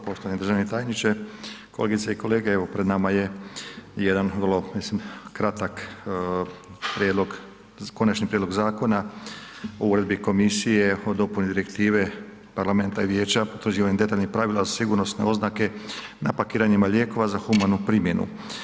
Poštovani državni tajniče, kolegice i kolege evo pred nama je jedan vrlo mislim kratak prijedlog, Konačni prijedlog Zakona o Uredbi komisije o dopuni Direktive parlamenta i vijeća utvrđivanjem detaljnih pravila za sigurnosne oznake na pakiranjima lijekova za humanu primjenu.